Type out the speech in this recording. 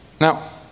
Now